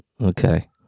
okay